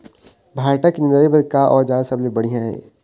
भांटा के निराई बर का औजार सबले बढ़िया ये?